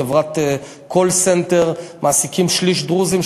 חברת "קול סנטר" מעסיקים שליש דרוזים,